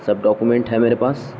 سب document ہے میرے پاس